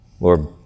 Lord